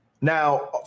Now